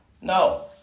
No